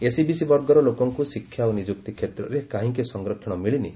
SEBC ବର୍ଗରେ ଲୋକଙ୍କୁ ଶିକ୍ଷା ଓ ନିଯୁକ୍ତି କ୍ଷେତ୍ରରେ କାହିଁକି ସଂରକ୍ଷଣ ମିଳିନି